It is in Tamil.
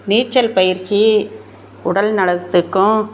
நீச்சல் பயிற்சி உடல் நலத்துக்கும்